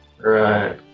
Right